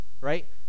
Right